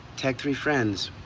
tag three friends.